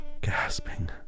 gasping